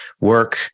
work